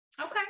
Okay